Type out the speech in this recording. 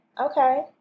Okay